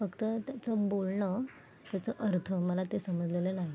फक्त त्याचं बोलणं त्याचा अर्थ मला ते समजलेलं नाही